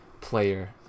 player